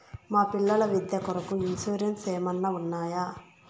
మా పిల్లల విద్య కొరకు ఇన్సూరెన్సు ఏమన్నా ఉన్నాయా?